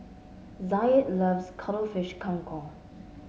Zaid loves Cuttlefish Kang Kong